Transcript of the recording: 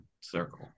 circle